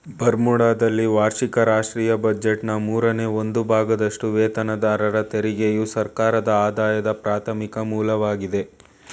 ಬರ್ಮುಡಾದಲ್ಲಿ ವಾರ್ಷಿಕ ರಾಷ್ಟ್ರೀಯ ಬಜೆಟ್ನ ಮೂರನೇ ಒಂದು ಭಾಗದಷ್ಟುವೇತನದಾರರ ತೆರಿಗೆಯು ಸರ್ಕಾರದಆದಾಯದ ಪ್ರಾಥಮಿಕ ಮೂಲವಾಗಿದೆ